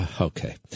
Okay